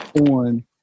on